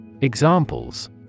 Examples